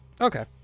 Okay